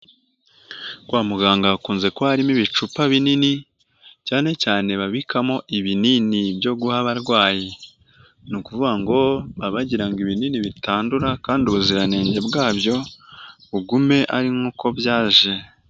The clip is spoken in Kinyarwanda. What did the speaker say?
Kwa muganga hakunze ko harimo ibicupa binini, cyane cyane babikamo ibinini byo guha abarwayi, ni ukuvuga ngo baba bagiraga ibinini bitandura kandi ubuziranenge bwabyo bugume ari nkuko byaje.